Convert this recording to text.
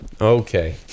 okay